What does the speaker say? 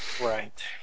Right